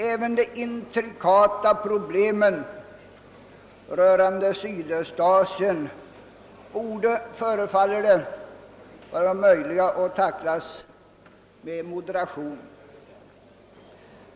Även de intrikata problemen rörande Sydostasien borde, förefaller det, vara möjliga att tackla med moderation.